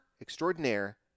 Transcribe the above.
extraordinaire